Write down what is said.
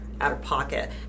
out-of-pocket